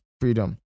freedom